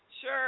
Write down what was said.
Sure